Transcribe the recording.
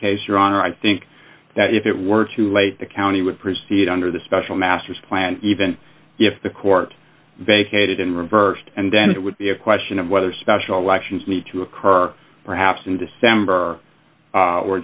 honor i think that if it were too late the county would proceed under the special master plan even if the court vacated and reversed and then it would be a question of whether special elections need to occur perhaps in december or